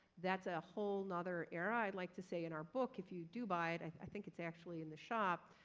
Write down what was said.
that's a whole nother era i'd like to say in our book, if you do buy it, i think it's actually in the shop.